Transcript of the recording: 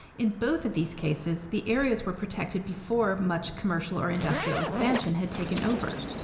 in both of these cases, the areas were protected before much commercial or industrial expansion had taken over.